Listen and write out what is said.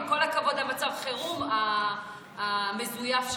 עם כל הכבוד למצב החירום המזויף שלהם.